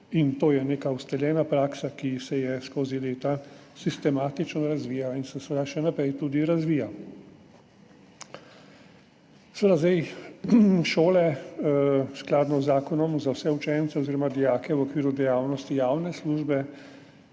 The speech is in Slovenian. in to je neka ustaljena praksa, ki se je skozi leta sistematično razvija in se seveda še naprej tudi razvija. Šole v skladu z zakonom za vse učence oziroma dijake v okviru dejavnosti javne službe